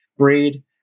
Breed